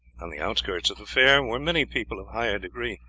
on the outskirts of the fair were many people of higher degree.